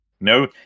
No